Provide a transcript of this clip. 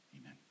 Amen